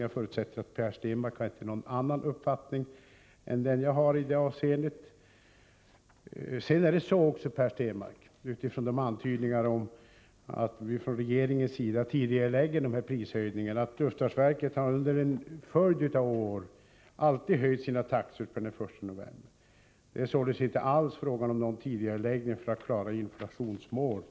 Jag förutsätter att Per Stenmarck inte har någon annan uppfattning i det avseendet. Per Stenmarck antydde att vi från regeringens sida har tidigarelagt prishöjningarna. Luftfartsverket har under en följd av år alltid höjt sina taxor från den 1 november. Det är således i detta fall inte alls fråga om någon tidigareläggning för att vi skall klara inflationsmålet.